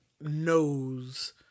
knows